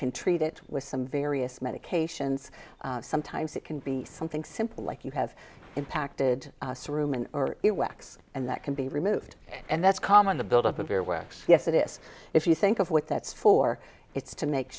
can treat it with some various medications sometimes it can be something simple like you have impacted some room and it works and that can be removed and that's common the build up of your works yes it is if you think of what that's for it's to make